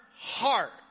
heart